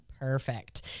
Perfect